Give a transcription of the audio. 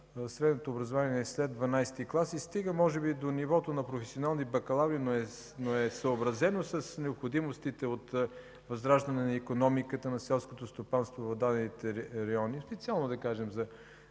средното образование след 12-и клас и стига може би до нивото на професионални бакалаври, но е съобразено с необходимостите от възраждането на икономиката, на селското стопанство в дадените райони, да кажем